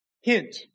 Hint